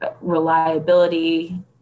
reliability